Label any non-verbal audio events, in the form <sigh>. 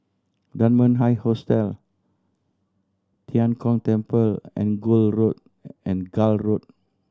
Dunman High Hostel Tian Kong Temple and <unintelligible> and Gul Road